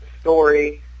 story